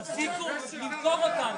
תפסיקו לדקור אותנו,